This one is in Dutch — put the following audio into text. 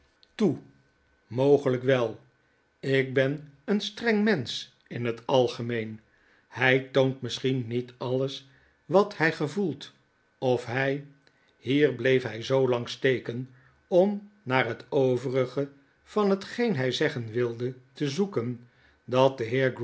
toe mogelyk wel ik ben een streng mensch in het algemeen hij toont misschien niet alles wat hij gevoelt of hi hier bleef by zoo lang steken om jiaar het overige van hetgeen hy zeggen wildetezoeken dat de